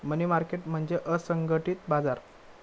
मनी market म्हणजे असंघटित बाजार